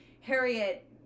Harriet